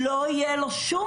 לא תהיה לו שום